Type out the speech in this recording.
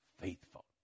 faithful